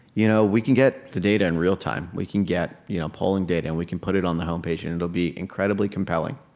you know, we can get the data in real time. we can get you know polling data, and we can put it on the homepage. and it'll be incredibly compelling.